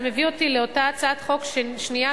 זה מביא אותי לאותה הצעת חוק שנייה,